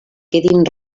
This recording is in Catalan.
quedin